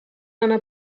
einer